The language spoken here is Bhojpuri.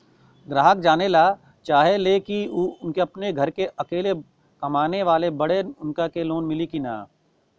ग्राहक जानेला चाहे ले की ऊ अपने घरे के अकेले कमाये वाला बड़न उनका के लोन मिली कि न?